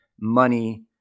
money